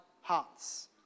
hearts